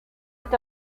est